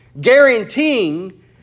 guaranteeing